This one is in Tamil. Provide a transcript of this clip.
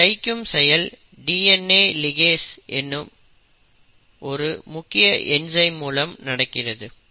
இந்த தைக்கும் செயல் DNA லிகேஸ் எனப்படும் ஒரு முக்கிய என்சைம் மூலம் நடக்கிறது